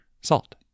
salt